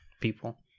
people